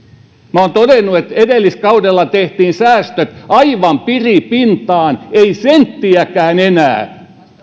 minä olen todennut että edelliskaudella tehtiin säästöt aivan piripintaan ei senttiäkään enää